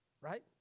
Right